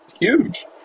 huge